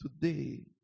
today